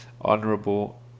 honorable